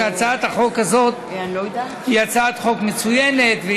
והצעת החוק הזאת היא הצעת חוק מצוינת.